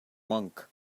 monk